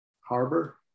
harbor